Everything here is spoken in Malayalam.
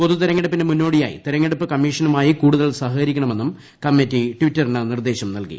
പൊതു തെരഞ്ഞെടുപ്പിന് മുന്നോടിയായി തിരഞ്ഞെടുപ്പ് കമ്മിഷനുമായി കൂടുതൽ സഹകരിക്കണമെന്നും കമ്മിറ്റി ട്വിറ്ററിന് നിർദ്ദേശം നൽകി